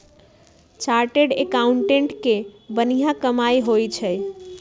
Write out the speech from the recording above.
chartered accountant के बनिहा कमाई होई छई